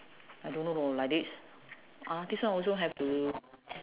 I don't know lor like this uh this one also have to